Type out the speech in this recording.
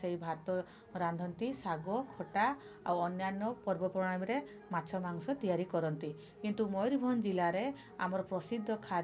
ଭାତ ରାନ୍ଧନ୍ତି ଶାଗ ଖଟା ଆଉ ଅନ୍ୟାନ୍ୟ ପର୍ବପର୍ବାଣୀରେ ମାଛ ମାଂସ ତିଆରି କରନ୍ତି କିନ୍ତୁ ମୟୁରଭଞ୍ଜ ଜିଲ୍ଲାରେ ଆମର ପ୍ରସିଦ୍ଧ ଖାଦ୍ୟ